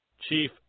Chief